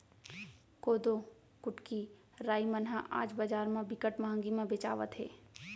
कोदो, कुटकी, राई मन ह आज बजार म बिकट महंगी म बेचावत हे